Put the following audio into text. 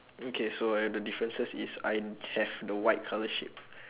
okay so I have the differences is I have the white colour sheep